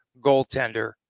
goaltender